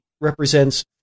represents